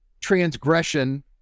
transgression